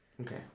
Okay